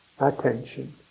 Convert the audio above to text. attention